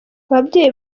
ababyeyi